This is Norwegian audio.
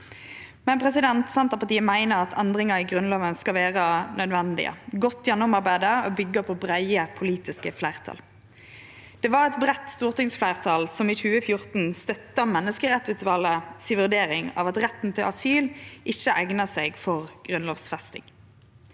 Men Senterpartiet meiner at endringar i Grunnlova skal vere nødvendige, godt gjennomarbeidde og byggje på breie politiske fleirtal. Det var eit breitt stortingsfleirtal som i 2014 støtta menneskerettsutvalet si vurdering av at retten til asyl ikkje eignar seg for grunnlovfesting.